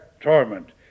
torment